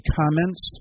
comments